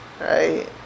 right